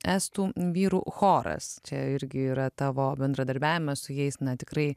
estų vyrų choras čia irgi yra tavo bendradarbiavimas su jais na tikrai